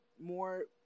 more